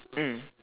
mm